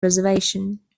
reservation